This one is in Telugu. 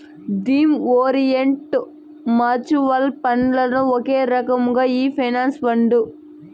థీమ్ ఓరిఎంట్ మూచువల్ ఫండ్లల్ల ఒక రకమే ఈ పెన్సన్ ఫండు